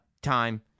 time